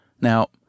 Now